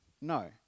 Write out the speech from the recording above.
no